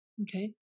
Okay